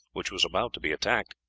which was about to be attacked.